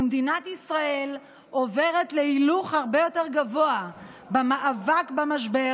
ומדינת ישראל עוברת להילוך הרבה יותר גבוה במאבק במשבר